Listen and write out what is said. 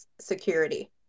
security